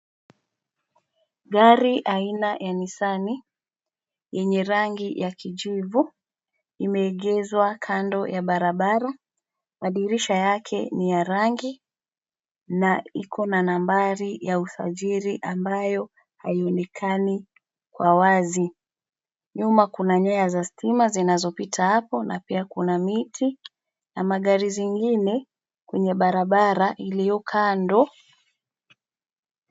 Gari aina ya Nisani yenye rangi ya kijivu imeegezwa kando ya barabara, madirisha yake ni ya rangi na iko na nambari ya usajili ambayo haiyonekani kwa wazi. Nyuma kuna nyaya za stima zinazopita hapo na pia kuna miti na magari zingine kwenye barabara iliyo kando.